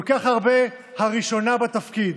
כל כך הרבה "הראשונה בתפקיד",